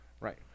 Right